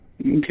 Okay